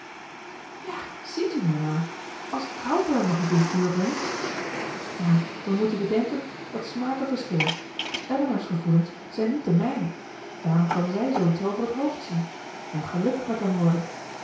ja ziet u mama als cowper hem nog niet in vuur brengt maar we moeten bedenken dat smaken verschillen elinor's gevoelens zijn niet de mijne daarom kan zij zooiets over t hoofd zien en gelukkig met hem worden